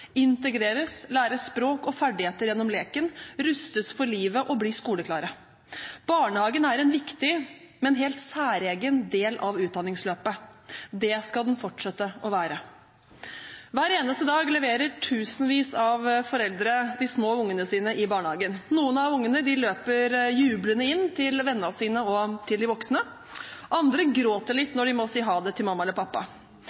integreres, lære språk og ferdigheter gjennom leken, rustes for livet og bli skoleklare. Barnehagen er en viktig, men helt særegen del av utdanningsløpet. Det skal den fortsette å være. Hver eneste dag leverer tusenvis av foreldre de små ungene sine i barnehagen. Noen av ungene løper jublende inn til vennene sine og til de voksne, andre gråter litt